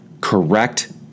correct